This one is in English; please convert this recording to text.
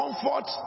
comfort